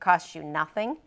costs you nothing